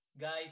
guys